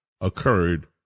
occurred